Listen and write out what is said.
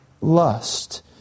lust